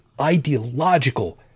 ideological